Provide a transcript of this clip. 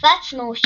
כמעט קפץ מאושר.